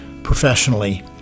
professionally